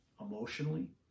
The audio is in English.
emotionally